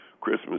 Christmas